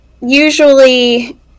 usually